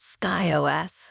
SkyOS